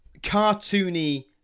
cartoony